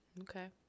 Okay